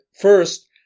first